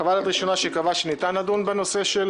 חוות דעת ראשונה שקבעה שניתן לדון בנושא של